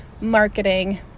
marketing